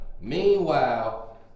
Meanwhile